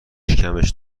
شکمش